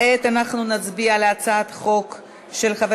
רבותי, 45 חברי הכנסת בעד, אין